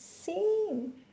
same